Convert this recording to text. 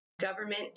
government